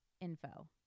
info